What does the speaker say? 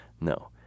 No